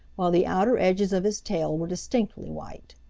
while the outer edges of his tail were distinctly white.